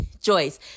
Joyce